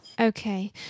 Okay